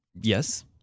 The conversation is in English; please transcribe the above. Yes